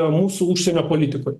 mūsų užsienio politikoj